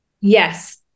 Yes